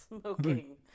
Smoking